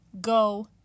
go